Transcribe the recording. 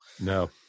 No